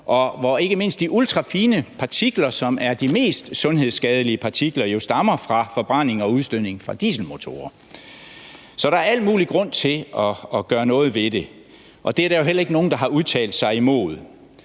hvor ikke mindst de ultrafine partikler, som er de mest sundhedsskadelige partikler, jo stammer fra forbrænding og udstødning fra dieselmotorer. Så der er al mulig grund til at gøre noget ved det, og det er der jo heller ikke nogen, der har udtalt sig imod.